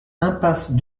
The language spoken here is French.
impasse